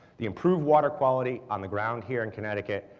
the improved water quality on the ground here in connecticut,